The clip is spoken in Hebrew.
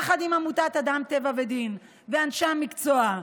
יחד עם עמותת אדם טבע ודין ואנשי המקצוע,